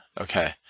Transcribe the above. Okay